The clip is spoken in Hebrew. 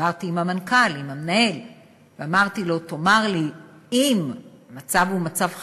דיברתי עם המנהל ואמרתי לו: אם המצב הוא מצב חירום,